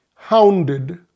Hounded